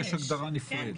יש הגדרה נפרדת.